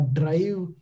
drive